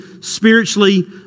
spiritually